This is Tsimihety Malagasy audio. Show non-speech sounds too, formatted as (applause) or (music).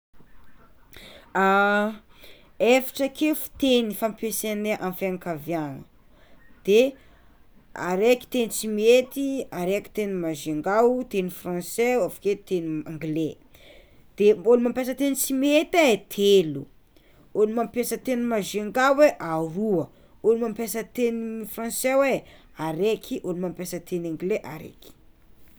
(hesitation) Efatra ake fiteny fampiasenay amy fiagnakaviàna: de araiky teny Tsimihety, araiky teny Majunga, teny franse, avakeo teny m- angle, de mbola mampiasa teny Tsimihety e telo, olo mampiasa teny Majunga hoe aroa, olo mampiasa teny franse hoe araiky, olo mampiasa teny angle araiky.